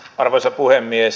arvoisa puhemies